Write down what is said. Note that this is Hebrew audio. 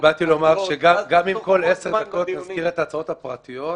אני רוצה לומר שגם אם בכל עשר דקות נזכיר את ההצעות הפרטיות,